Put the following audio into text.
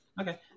Okay